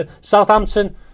Southampton